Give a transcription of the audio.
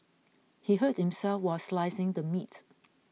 he hurt himself while slicing the meat